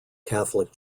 catholic